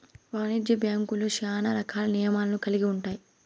వాణిజ్య బ్యాంక్యులు శ్యానా రకాల నియమాలను కల్గి ఉంటాయి